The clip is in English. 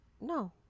No